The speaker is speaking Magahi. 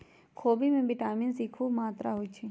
खोबि में विटामिन सी खूब मत्रा होइ छइ